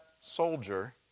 soldier